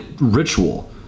Ritual